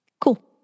Cool